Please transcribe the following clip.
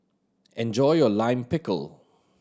enjoy your Lime Pickle